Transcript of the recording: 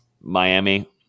Miami